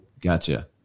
Gotcha